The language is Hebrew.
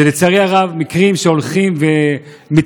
לצערי הרב, אלה מקרים שהולכים ומתעצמים.